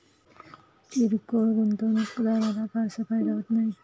किरकोळ गुंतवणूकदाराला फारसा फायदा होत नाही